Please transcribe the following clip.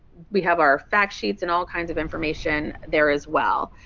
we have our fact sheets and all kinds of information there as well.